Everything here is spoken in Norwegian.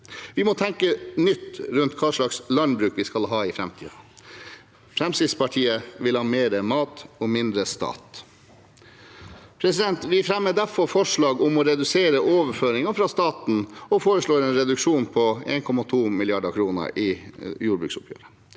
Vi må tenke nytt rundt hva slags landbruk vi skal ha i framtiden. Fremskrittspartiet vil ha mer mat og mindre stat. Vi fremmer derfor forslag om å redusere overføringene fra staten, og vi foreslår en reduksjon på 1,2 mrd. kr i jordbruksoppgjøret.